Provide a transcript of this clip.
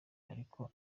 ariko